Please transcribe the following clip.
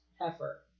Heifer